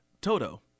Toto